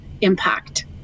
impact